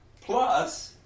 plus